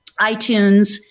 iTunes